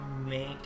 make